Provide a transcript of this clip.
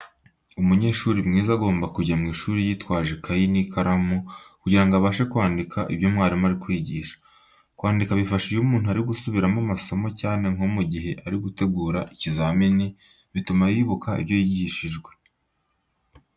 Umunyeshuri mwiza agomba kujya mu ishuri yitwaje ikayi n'ikaramu kugira ngo abashe kwandika ibyo mwarimu ari kwigisha. Kwandika bifasha iyo umuntu ari gusubiramo amasomo cyane nko mu gihe ari gutegura ikizamini, bituma yibuka ibyo yigishijwe.